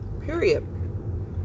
Period